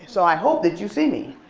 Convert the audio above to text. so i hope that you see me.